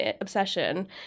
obsession